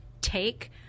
take